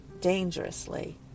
dangerously